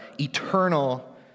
eternal